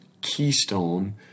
keystone